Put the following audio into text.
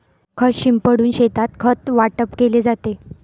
खत शिंपडून शेतात खत वाटप केले जाते